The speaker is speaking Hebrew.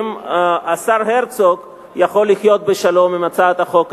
אם השר הרצוג יכול לחיות בשלום עם הצעת החוק הזאת,